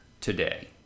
today